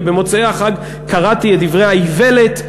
ובמוצאי החג קראתי את דברי האיוולת,